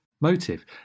motive